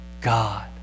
God